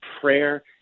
prayer